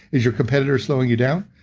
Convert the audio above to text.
is your competitor slowing you down?